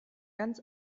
ganz